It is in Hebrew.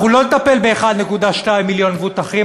אנחנו לא נטפל ב-1.2 מיליון מבוטחים,